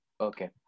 Okay